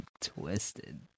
twisted